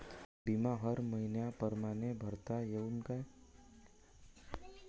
बिमा हर मइन्या परमाने भरता येऊन का?